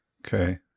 Okay